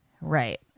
Right